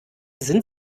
sind